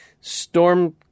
Storm